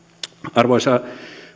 arvoisa